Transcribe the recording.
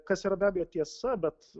kas yra be abejo tiesa bet